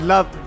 Love